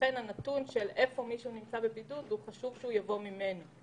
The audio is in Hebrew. לכן הנתון של איפה האדם נמצא בבידוד חשוב שיבוא ממנו.